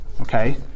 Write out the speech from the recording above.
Okay